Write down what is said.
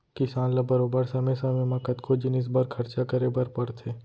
किसान ल बरोबर समे समे म कतको जिनिस बर खरचा करे बर परथे